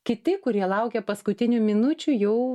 kiti kurie laukia paskutinių minučių jau